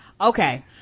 okay